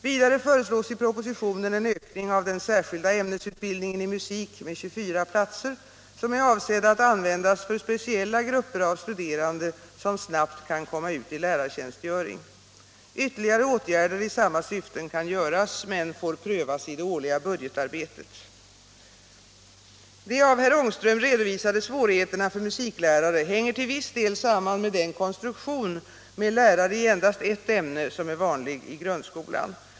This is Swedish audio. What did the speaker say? Vidare föreslås i propositionen en ökning av den särskilda ämnesutbildningen i musik med 24 platser som är avsedda att användas för speciella grupper av studerande som snabbt kan komma ut i lärartjänstgöring. Ytterligare åtgärder i samma syfte kan göras men får prövas i det årliga budgetarbetet. De av herr Ångström redovisade svårigheterna för musiklärare hänger till viss del samman med den konstruktion med lärare i endast ett ämne som är vanlig i grundskolan.